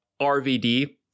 RVD